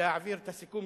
להעביר את הסיכום